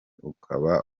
ukaba